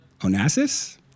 Onassis